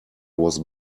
was